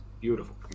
beautiful